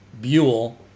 Buell